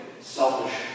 selfish